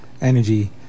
energy